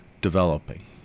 developing